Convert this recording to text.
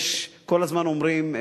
כל הזמן אומרים: